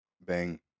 Bang